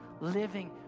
living